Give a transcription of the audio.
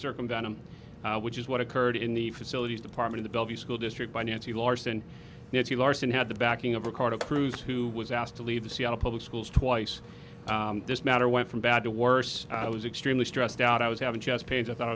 circumvent him which is what occurred in the facilities department the bellevue school district by nancy larson nancy larson had the backing of ricardo cruz who was asked to leave the seattle public schools twice this matter went from bad to worse i was extremely stressed out i was having chest pains i thought i